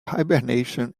hibernation